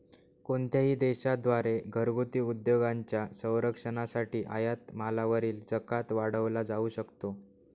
कोणत्याही देशा द्वारे घरगुती उद्योगांच्या संरक्षणासाठी आयात मालावरील जकात वाढवला जाऊ शकतो